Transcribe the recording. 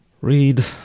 Read